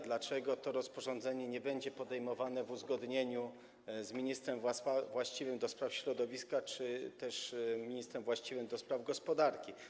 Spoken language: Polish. Dlaczego to rozporządzenie nie będzie podejmowane w uzgodnieniu z ministrem właściwym do spraw środowiska czy też ministrem właściwym do spraw gospodarki?